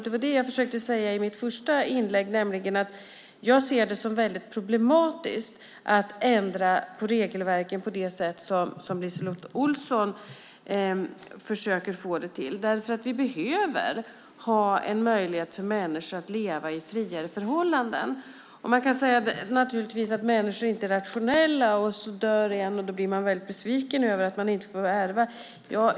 I mitt första inlägg försökte jag säga att jag ser det som problematiskt att ändra regelverket på det sätt som LiseLotte Olsson efterfrågar. Vi behöver ha en möjlighet för människor att leva i friare förhållanden. Människor är inte rationella. När ens sambo dör blir man besviken över att man inte får ärva.